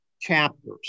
chapters